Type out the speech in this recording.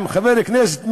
עם חבר כנסת מהימין,